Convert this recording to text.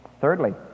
Thirdly